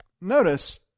Notice